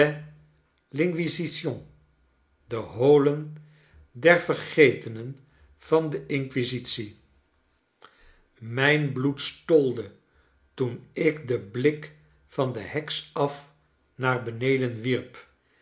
de holen der vergetenen van de inquisitie mijn bloed stolde toen ik den blik van de heks af naar beneden wierp